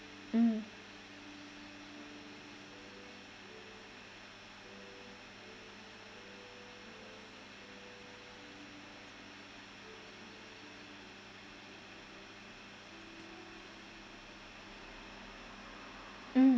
mm mm